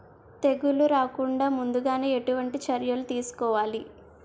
తెగుళ్ల రాకుండ ముందుగానే ఎటువంటి చర్యలు తీసుకోవాలి?